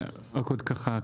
רק עוד ככה,